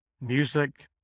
music